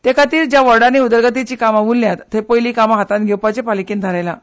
ते खातीर ज्या प्रभागांनी उदरगतीचीं कामां उरल्यात थंय पयली कामां हातांत घेवपाचें पालिकेन थारायलां